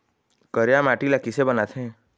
करिया माटी ला किसे बनाथे?